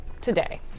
today